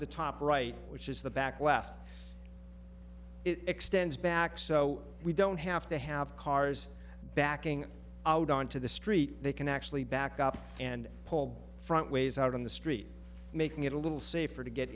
the top right which is the back left it extends back so we don't have to have cars backing out onto the street they can actually back up and pull front ways out on the street making it a little safer to get